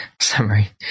summary